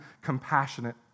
compassionate